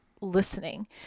listening